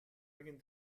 alguien